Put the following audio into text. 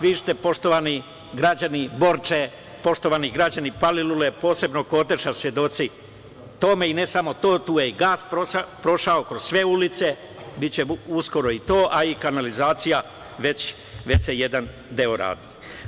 Vi ste, poštovani građani Borče, poštovani građani Palilule, posebno Koteža, svedoci tome, i ne samo to, tu je i gas prošao kroz sve ulice, biće uskoro i to, a i kanalizacija već se jedan deo radi.